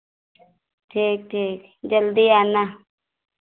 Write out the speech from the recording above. ठीक ठीक जल्दी आना